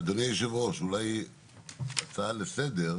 אדוני היושב-ראש, אולי הצעה לסדר,